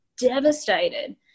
devastated